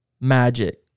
magic